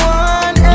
one